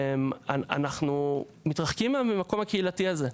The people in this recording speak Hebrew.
אנחנו מתרחקים מהמקום הקהילתי הזה,